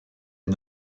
est